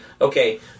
Okay